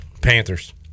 panthers